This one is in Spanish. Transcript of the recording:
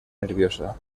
nerviosa